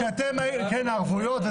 כן, הערבויות.